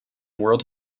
world